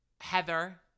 Heather